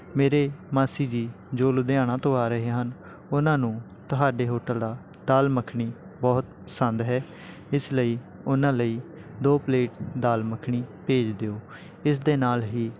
ਮੇਰੇ ਮਾਸੀ ਜੀ ਜੋ ਲੁਧਿਆਣਾ ਤੋਂ ਆ ਰਹੇ ਹਨ ਉਹਨਾਂ ਨੂੰ ਤੁਹਾਡੇ ਹੋਟਲ ਦਾ ਦਾਲ ਮੱਖਣੀ ਬਹੁਤ ਪਸੰਦ ਹੈ ਇਸ ਲਈ ਉਹਨਾਂ ਲਈ ਦੋ ਪਲੇਟ ਦਾਲ ਮੱਖਣੀ ਭੇਜ ਦਿਓ ਇਸ ਦੇ ਨਾਲ ਹੀ